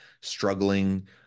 struggling